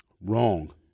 Wrong